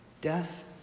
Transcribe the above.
death